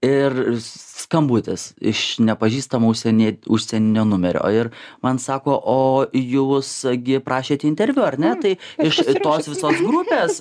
ir skambutis iš nepažįstamų užsienyje užsienio numerio ir man sako o jūs gi prašėte interviu ar ne tai iš tos visos grupės